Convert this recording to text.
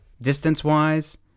distance-wise